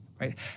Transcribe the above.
Right